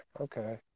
okay